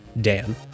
Dan